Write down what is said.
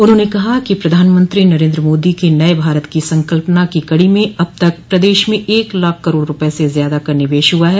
उन्होंने कहा कि प्रधानमंत्री नरेन्द्र मोदी के नये भारत की संकल्पना की कडो में अब तक प्रदेश में एक लाख करोड़ रूपये से ज्यादा का निवेश हुआ है